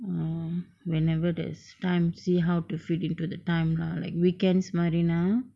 err whenever there's time see how to fit into the time lah like weekends மாரினா:maarina